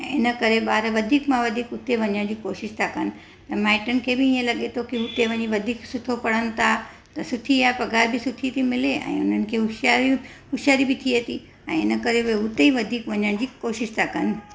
ऐं इनकरे ॿार वधीक मां वधीक उते वञण जी कोशिशि था कनि ऐं माइटनि खे बि लॻे थो की उते वञी वधीक सुठो पढ़नि था त सुठी आहे पघारु बि सुठी थी मिले ऐं हिननि खे हुशारियूं हुशियारी बि थिए थी ऐं इनकरे हुए हुते ई वञण जी कोशिशि था कनि